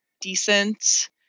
decent